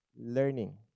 learning